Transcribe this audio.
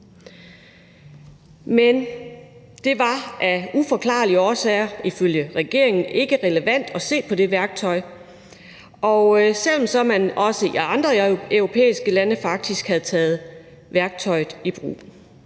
Men det var af uforklarlige årsager ifølge regeringen ikke relevant at se på det værktøj, heller ikke selv om man faktisk havde taget værktøjet i brug